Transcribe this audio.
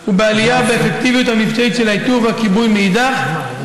גיסא ולעלייה באפקטיביות המבצעית של האיתור והכיבוי מאידך גיסא,